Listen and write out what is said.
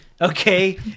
okay